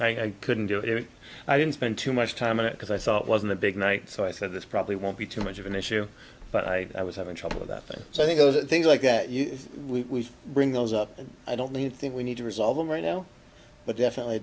i couldn't do it i didn't spend too much time on it because i saw it wasn't a big night so i said this probably won't be too much of an issue but i i was having trouble with that thing so i think those are the things like that you we bring those up and i don't need think we need to resolve them right now but definitely